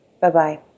Bye-bye